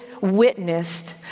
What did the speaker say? witnessed